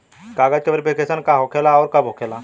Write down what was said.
कागज के वेरिफिकेशन का हो खेला आउर कब होखेला?